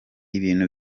ibintu